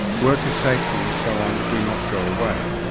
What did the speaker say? worker safety and so on, do not go away.